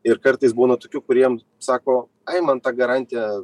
ir kartais būna tokių kuriem sako ai man ta garantija